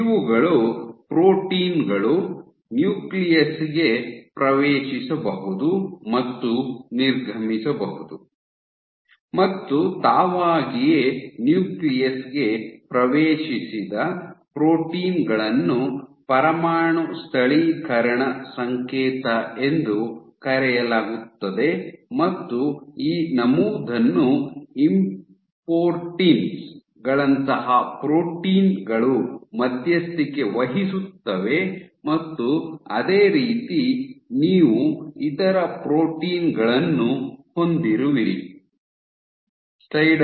ಇವುಗಳು ಪ್ರೋಟೀನ್ ಗಳು ನ್ಯೂಕ್ಲಿಯಸ್ ಗೆ ಪ್ರವೇಶಿಸಬಹುದು ಮತ್ತು ನಿರ್ಗಮಿಸಬಹುದು ಮತ್ತು ತಾವಾಗಿಯೇ ನ್ಯೂಕ್ಲಿಯಸ್ ಗೆ ಪ್ರವೇಶಿಸಿದ ಪ್ರೋಟೀನ್ ಗಳನ್ನು ಪರಮಾಣು ಸ್ಥಳೀಕರಣ ಸಂಕೇತ ಎಂದು ಕರೆಯಲಾಗುತ್ತದೆ ಮತ್ತು ಈ ನಮೂದನ್ನು ಇಂಪೋರ್ಟಿನ್ ಗಳಂತಹ ಪ್ರೋಟೀನ್ ಗಳು ಮಧ್ಯಸ್ಥಿಕೆ ವಹಿಸುತ್ತವೆ ಮತ್ತು ಅದೇ ರೀತಿ ನೀವು ಇತರ ಪ್ರೋಟೀನ್ ಗಳನ್ನು ಹೊಂದಿರುವಿರಿ